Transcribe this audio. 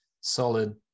solid